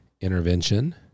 intervention